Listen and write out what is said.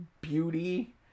beauty